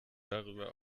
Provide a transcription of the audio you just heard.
darüber